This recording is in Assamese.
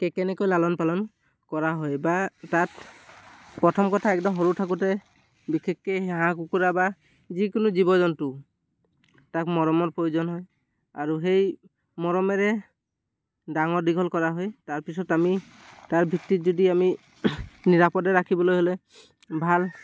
কেনেকৈ লালন পালন কৰা হয় বা তাত প্ৰথম কথা একদম সৰু থাকোঁতে বিশেষকৈ সেই হাঁহ কুকুৰা বা যিকোনো জীৱ জন্তু তাক মৰমৰ প্ৰয়োজন হয় আৰু সেই মৰমেৰে ডাঙৰ দীঘল কৰা হয় তাৰপিছত আমি তাৰ ভিত্তিত যদি আমি নিৰাপদে ৰাখিবলৈ হ'লে ভাল